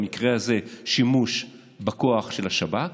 במקרה הזה שימוש בכוח של השב"כ,